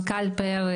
מדינות